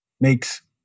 makes